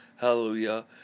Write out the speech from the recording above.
hallelujah